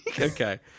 Okay